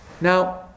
Now